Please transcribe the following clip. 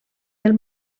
del